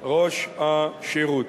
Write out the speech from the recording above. ראש השירות,